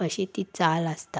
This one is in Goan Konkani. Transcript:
अशी ती चाल आसता